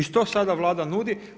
I što sada Vlada nudi?